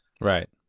Right